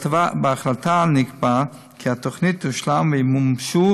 בהחלטה נקבע כי התוכנית תושלם וימומשו